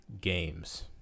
games